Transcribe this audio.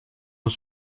ont